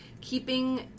keeping